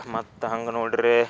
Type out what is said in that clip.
ಮತ್ತು ಹಂಗೆ ನೋಡ್ದ್ರೆ